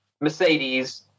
Mercedes